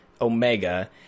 Omega